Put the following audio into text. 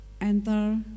enter